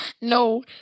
No